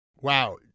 Wow